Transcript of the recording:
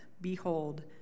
Behold